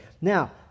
Now